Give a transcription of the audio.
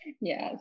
Yes